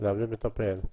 להביא מטפל,